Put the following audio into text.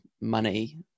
money